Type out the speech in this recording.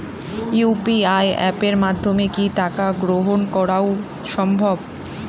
UPI অ্যাপের মাধ্যমে কি টাকা গ্রহণ করাও সম্ভব?